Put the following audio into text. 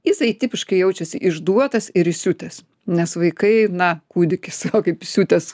jisai tipiškai jaučiasi išduotas ir įsiutęs nes vaikai na kūdikis kaip įsiutęs